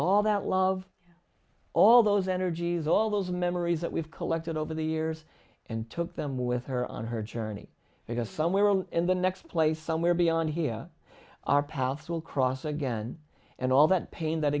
all that love all those energies all those memories that we've collected over the years and took them with her on her journey because somewhere in the next place somewhere beyond here our paths will cross again and all that pain that